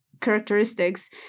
characteristics